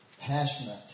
passionate